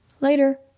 Later